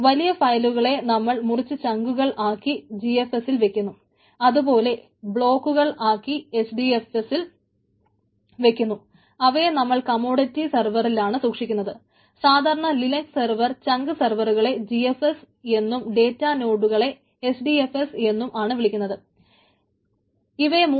വലിയ ഫയലുകളെ നമ്മൾ മുറിച്ച് ചങ്കുകൾ സെഗ്മെന്റിൽ പകർത്തുന്നു